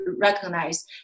recognize